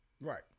right